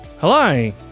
Hello